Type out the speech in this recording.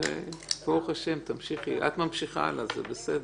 וברוך השם, את ממשיכה הלאה, זה בסדר.